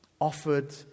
Offered